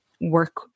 work